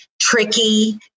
tricky